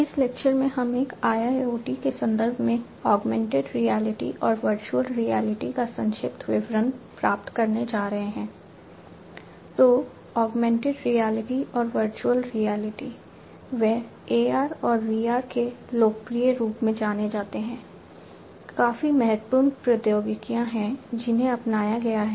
इस लेक्चर में हम एक IIoT के संदर्भ में ऑगमेंटेड रियलिटी में अलग अलग IIoT संदर्भ में अपनाया जा रहा है